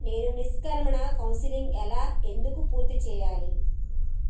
నేను నిష్క్రమణ కౌన్సెలింగ్ ఎలా ఎందుకు పూర్తి చేయాలి?